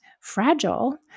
fragile